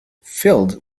filled